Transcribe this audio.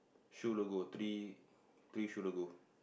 shoe logo three three shoe logo